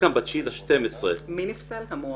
חלקם ב-9 בדצמבר 2018- -- מי נפסל, מועמדים?